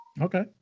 Okay